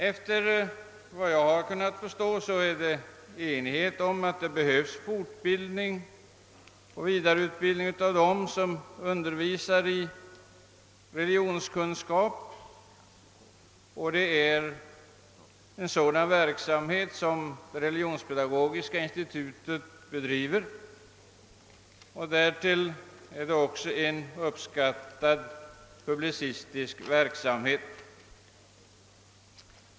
Efter vad jag har kunnat förstå råder det enighet om att det behövs fortbildning och vidareutbildning av dem som undervisar i religionskunskap. Det är en sådan verksamhet som Religionspedagogiska institutet bedriver. Därtill utövar det en uppskattad publicistisk verksamhet.